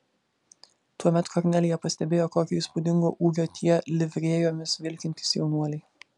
tuomet kornelija pastebėjo kokio įspūdingo ūgio tie livrėjomis vilkintys jaunuoliai